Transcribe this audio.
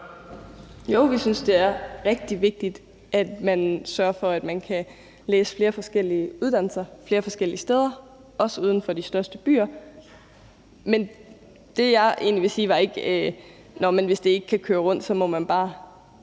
Jo, vi synes, det er rigtig vigtigt, at man sørger for, at man kan tage flere forskellige uddannelser flere forskellige steder, også uden for de største byer. Det, jeg egentlig vil sige, er ikke, at hvis det ikke kan køre rundt, må man bare